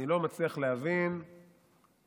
אני לא מצליח להבין למה,